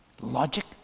logic